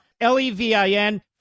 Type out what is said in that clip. L-E-V-I-N